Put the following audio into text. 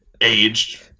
aged